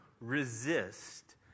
resist